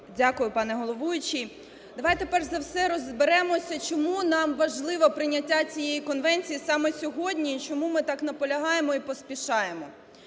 Дякую, пане головуючий. Давайте перш за все розберемося, чому нам важливе прийняття цієї конвенції саме сьогодні і чому ми так наполягаємо і поспішаємо.